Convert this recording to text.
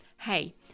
Hey